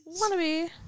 Wannabe